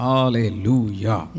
Hallelujah